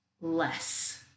less